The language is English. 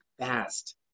fast